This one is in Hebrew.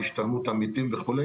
השתלמות עמיתים וכו'.